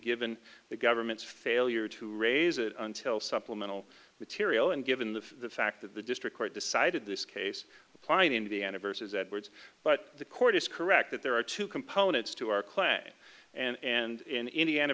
given the government's failure to raise it until supplemental material and given the fact that the district court decided this case apply in indiana versus edwards but the court is correct that there are two components to our clay and in indiana